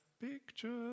picture